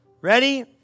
Ready